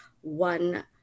one